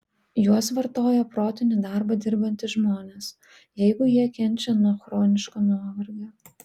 juos vartoja protinį darbą dirbantys žmonės jeigu jie kenčia nuo chroniško nuovargio